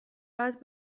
بعد